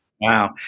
Wow